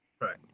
Right